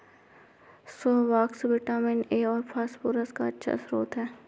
squash vitamin A और phosphorus का अच्छा श्रोत है